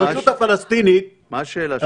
הרשות הפלסטינית --- מה השאלה שלך?